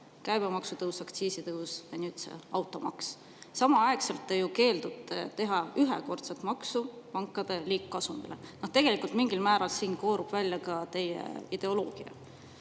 käibemaksutõus, aktsiisitõus ja nüüd see automaks. Samal ajal te ju keeldute tegemast ühekordset maksu pankade liigkasumile. Tegelikult mingil määral siin koorub välja ka teie ideoloogia.